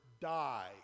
die